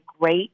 great